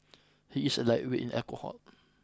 he is a lightweight in alcohol